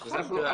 נכון.